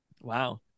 Wow